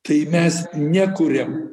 tai mes nekūriam